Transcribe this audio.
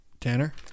Tanner